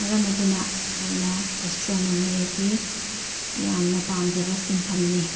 ꯃꯔꯝ ꯑꯗꯨꯅ ꯑꯩꯅ ꯑꯦꯁꯇ꯭ꯔꯣꯅꯣꯃꯤ ꯑꯁꯤ ꯌꯥꯝꯅ ꯄꯥꯝꯖꯕ ꯁꯤꯟꯐꯝꯅꯤ